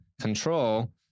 control